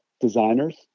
designers